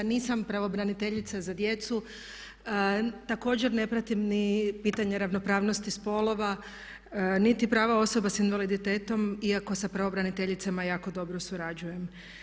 Nisam pravobraniteljica za djecu, također ne pratim ni pitanje ravnopravnosti spolova, niti prava osoba s invaliditetom iako sa pravobraniteljicama jako dobro surađujem.